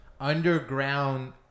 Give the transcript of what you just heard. underground